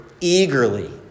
eagerly